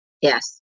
Yes